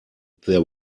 there